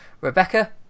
Rebecca